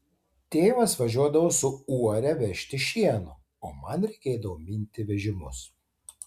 tėvas važiuodavo su uore vežti šieno o man reikėdavo minti vežimus